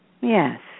Yes